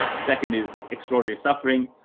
the second is extraordinary suffering.